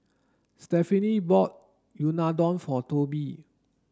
Stephenie bought Unadon for Tobie